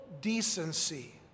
decency